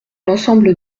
l’ensemble